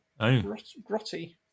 grotty